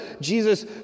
Jesus